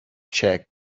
check